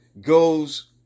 goes